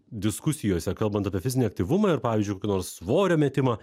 diskusijose kalbant apie fizinį aktyvumą ir pavyzdžiui kokio nors svorio metimą